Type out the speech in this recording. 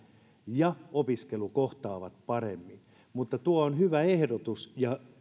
ja opiskelu kohtaavat paremmin mutta tuo on hyvä ehdotus ja